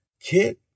Kid